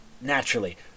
Naturally